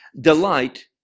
delight